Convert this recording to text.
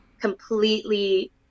completely